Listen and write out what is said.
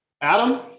Adam